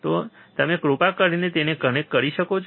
તો તમે કૃપા કરીને તેને કનેક્ટ કરી શકો છો